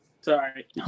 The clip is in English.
Sorry